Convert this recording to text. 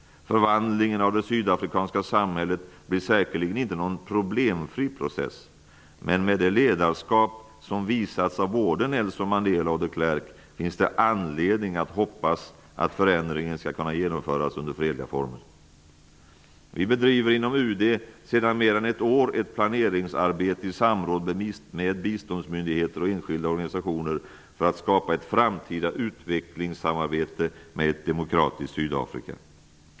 Förvandlingen av det sydafrikanska samhället blir säkert inte någon problemfri process, men med det ledarskap som visats av både Mandela och de Klerk finns det anledning att hoppas att förändringen skall kunna genomföras under fredliga former. Inom UD bedriver vi sedan mer än ett år ett planeringsarbete i samråd med biståndsmyndigheter och enskilda organisationer för att skapa ett framtida utvecklingssamarbete med ett demokratiskt Sydafrika.